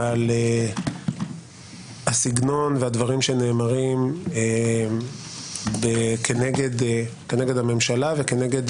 אבל הסגנון והדברים שנאמרים כנגד הממשלה וכנגד